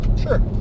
sure